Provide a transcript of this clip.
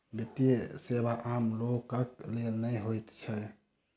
वित्तीय सेवा आम लोकक लेल नै होइत छै